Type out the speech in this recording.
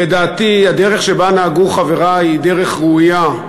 לדעתי, הדרך שבה נהגו חברי היא דרך ראויה,